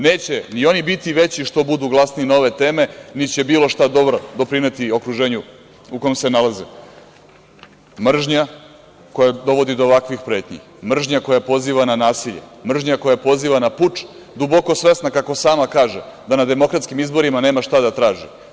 Neće ni oni biti veći što budu glasniji na ove teme, niti će bilo šta dobro doprineti okruženju u kom se nalaze – mržnja, koja poziva na nasilje, mržnja koja poziva na puč, duboko svesna kako sama kaže, da na demokratskim izborima nema šta da traži.